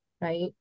right